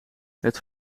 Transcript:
het